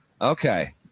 Okay